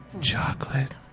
chocolate